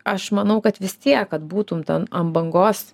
aš manau kad vis tiek kad būtum ten ant bangos